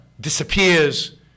disappears